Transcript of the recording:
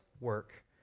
work